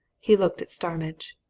he looked at starmidge.